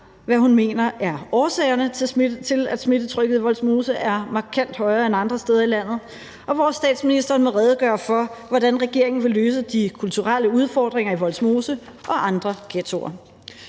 hvad hun mener er årsagerne til, at smittetrykket i Vollsmose er markant højere end andre steder i landet, og hvor statsministeren må redegøre for, hvordan regeringen vil løse de kulturelle udfordringer i Vollsmose og andre ghettoer.